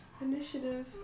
Initiative